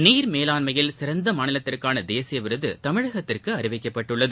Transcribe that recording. நீர் மேலாண்மையில் சிறந்த மாநிலத்திற்கான தேசிய விருது தமிழகத்திற்கு அறிவிக்கப்பட்டுள்ளது